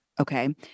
Okay